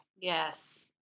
yes